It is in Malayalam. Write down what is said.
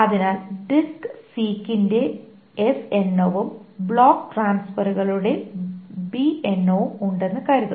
അതിനാൽ ഡിസ്ക് സീക്സിന്റെ എണ്ണവും ബ്ലോക്ക് ട്രാൻസ്ഫെറുകളുടെ എണ്ണവും ഉണ്ടെന്ന് കരുതുക